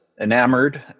enamored